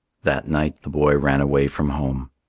that night the boy ran away from home.